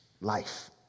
Life